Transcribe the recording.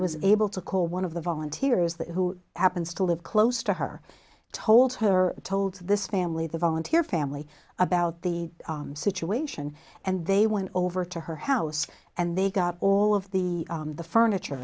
was able to call one of the volunteers that who happens to live close to her told her told this family the volunteer family about the situation and they went over to her house and they got all of the the furniture